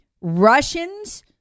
Russians